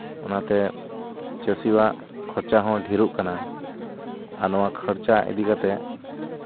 ᱚᱱᱟᱛᱮ ᱪᱟᱹᱥᱤᱣᱟᱜ ᱠᱷᱚᱨᱪᱟ ᱦᱚᱸ ᱰᱷᱮᱨᱚᱜ ᱠᱟᱱᱟ ᱟᱨ ᱱᱚᱣᱟ ᱠᱷᱚᱨᱪᱟ ᱤᱫᱤ ᱠᱟᱛᱮ